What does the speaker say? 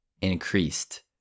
increased